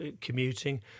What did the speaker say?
commuting